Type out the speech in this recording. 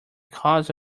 cause